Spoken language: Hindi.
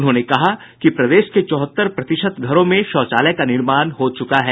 उन्होंने कहा कि प्रदेश के चौहत्तर प्रतिशत घरों में शौचालय का निर्माण हो चूका है